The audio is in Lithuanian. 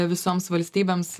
visoms valstybėms